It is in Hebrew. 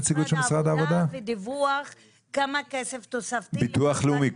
נציגות של משרד העבודה ודיווח כמה כסף תוספתי --- ביטוח לאומי,